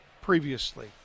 previously